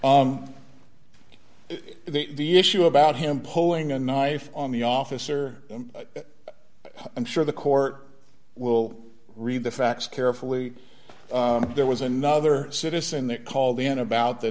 think the issue about him pulling a knife on the officer i'm sure the court will read the facts carefully there was another citizen that called in about the